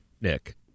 Nick